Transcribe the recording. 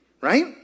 right